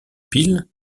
piles